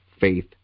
faith